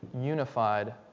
unified